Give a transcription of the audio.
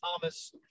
Thomas